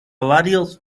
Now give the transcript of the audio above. varios